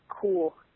cool